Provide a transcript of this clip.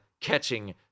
catching